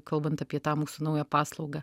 kalbant apie tą mūsų naują paslaugą